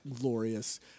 glorious